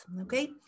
okay